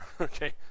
okay